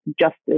justice